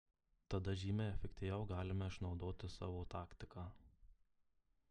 tada žymiai efektyviau galime išnaudoti savo taktiką